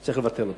וצריך לבטל אותו.